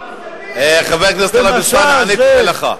מסגדים, חבר הכנסת טלב אלסאנע, אני קורא לך.